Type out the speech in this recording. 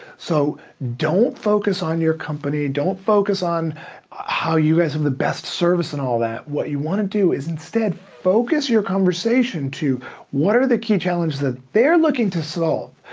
so don't focus on your company, don't focus on how you guys have the best service and all that, what you wanna do is instead focus your conversation to what are the key challenges that they're looking to solve.